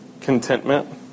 Contentment